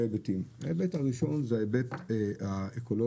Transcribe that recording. היבטים: ההיבט הראשון הוא ההיבט האקולוגי,